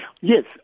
Yes